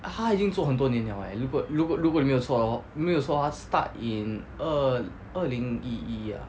他已经做很多年了 leh 如果如果如果没有错 hor 没有错的话他 start in 二二零一一啊